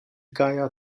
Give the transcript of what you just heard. gaja